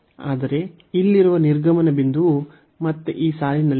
ಆದರೆ ಇಲ್ಲಿರುವ ನಿರ್ಗಮನ ಬಿಂದುವು ಮತ್ತೆ ಈ ಸಾಲಿನಲ್ಲಿದೆ